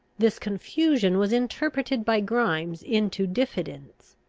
this confusion was interpreted by grimes into diffidence.